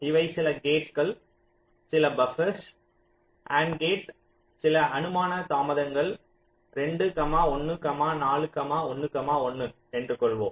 இவை சில கேட்கள் சில பபர்ஸ் அண்ட் கேட் சில அனுமான தாமதங்கள் 2 1 4 1 1 என்று கொள்வோம்